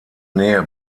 nähe